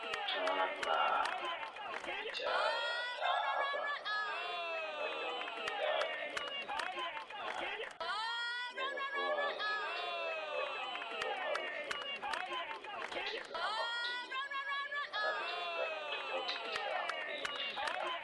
Tunaona kuna picha ya dawa hapa ambayo ni dawa ya kienyeji na inaweza kuwa imetengwa kwa umaarufu kutatiza ama kutibu maradhi tofauti katika mwili ya binadamu.